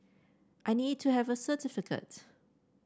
I need to have a certificate